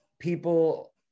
people